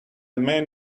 man